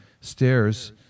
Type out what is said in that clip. stairs